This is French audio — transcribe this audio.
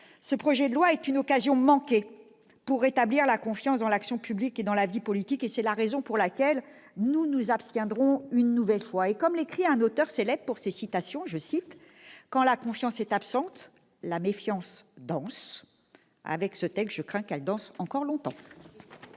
ce projet de loi organique est une occasion manquée pour rétablir la confiance dans l'action publique et dans la vie politique. C'est la raison pour laquelle nous nous abstiendrons une nouvelle fois. Comme l'écrit un auteur célèbre pour ses citations, « quand la confiance est absente, la méfiance danse ». Avec ce texte, je crains qu'elle ne danse encore longtemps.